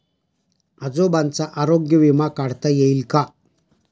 आजोबांचा आरोग्य विमा काढता येईल का?